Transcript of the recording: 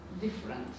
different